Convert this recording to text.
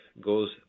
goes